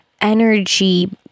energy